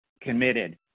committed